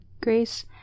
Grace